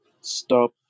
stop